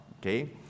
okay